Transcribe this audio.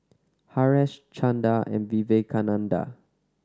Haresh Chanda and Vivekananda